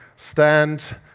stand